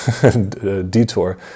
detour